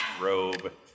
robe